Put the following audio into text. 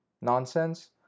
nonsense